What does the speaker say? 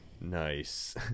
Nice